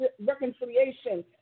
reconciliation